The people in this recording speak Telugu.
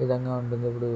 విధంగా ఉంటుంది ఇప్పుడూ